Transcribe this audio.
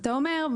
אתה אומר,